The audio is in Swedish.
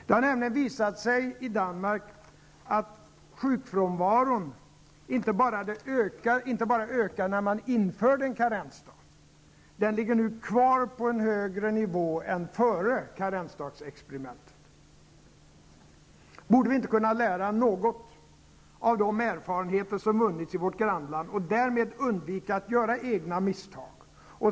Det har nämligen visat sig i Danmark att sjukfrånvaron inte bara ökade när man införde en karensdag, den ligger nu kvar på en högre nivå än före karensdagsexperimentet. Borde vi inte kunna lära något av de erfarenheter som vunnits i vårt grannland och därmed undvika att göra egna misstag?